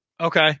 Okay